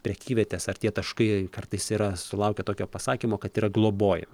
prekyvietės ar tie taškai kartais yra sulaukę tokio pasakymo kad yra globojami